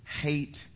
Hate